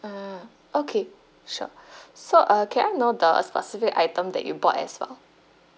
ah okay sure so uh can I know the specific item that you bought as well